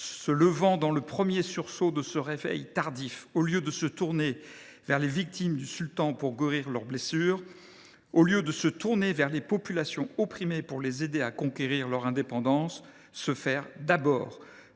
se levant dans le premier sursaut de ce réveil tardif, au lieu de se tourner vers les victimes du Sultan pour guérir leurs blessures, au lieu de se tourner vers les populations opprimées, pour les aider à conquérir leur indépendance, se faire d’abord,